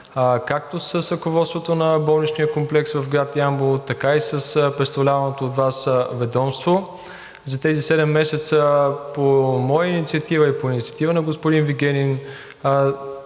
както с ръководството на болничния комплекс в град Ямбол, така и с представляваното от Вас ведомство. За тези 7 месеца по моя инициатива и по инициатива на господин Вигенин